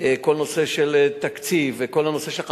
כל הנושא של תקציב וכל הנושא של חקיקה,